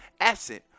absent